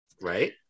Right